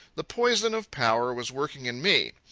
the poison of power was working in me.